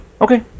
okay